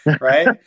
Right